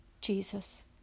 Jesus